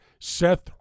Seth